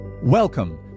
Welcome